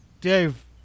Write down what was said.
Dave